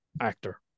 actor